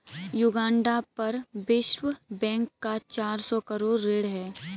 Uganda पर विश्व bank का चार सौ करोड़ ऋण है